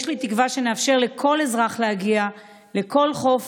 יש לי תקווה שנאפשר לכל אזרח להגיע לכל חוף